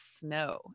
snow